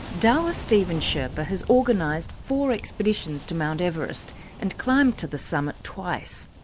dawa steven sherpa has organised four expeditions to mt. everest and climbed to the summit twice,